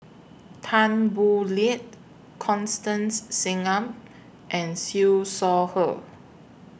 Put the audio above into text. Tan Boo Liat Constance Singam and Siew Shaw Her